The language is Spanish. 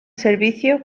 servicios